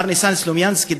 מר ניסן סלומינסקי,